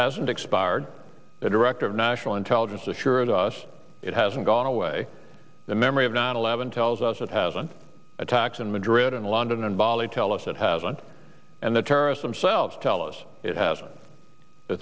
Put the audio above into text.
hasn't expired the director of national intelligence assured us it hasn't gone away the memory of nine eleven tells us that hasn't attacks in madrid and london and bali tell us it hasn't and the terrorists themselves tell us it has the